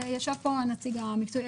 ישב פה הנציג המקצועי,